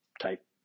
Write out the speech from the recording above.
type